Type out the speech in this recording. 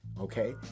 okay